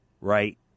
right